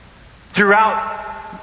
throughout